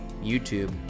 YouTube